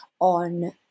on